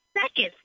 Seconds